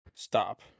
stop